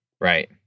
right